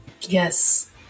Yes